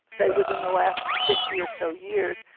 say within the last fifty or so years,